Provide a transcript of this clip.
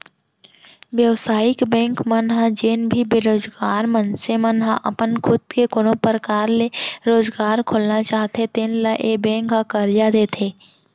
बेवसायिक बेंक मन ह जेन भी बेरोजगार मनसे मन ह अपन खुद के कोनो परकार ले रोजगार खोलना चाहते तेन ल ए बेंक ह करजा देथे